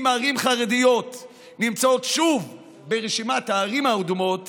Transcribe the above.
אם ערים חרדיות נמצאות שוב ברשימת הערים האדומות